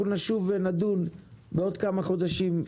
אנחנו נשוב ונדון בעוד כמה חודשים,